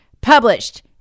published